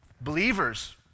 believers